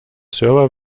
server